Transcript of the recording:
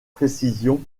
précision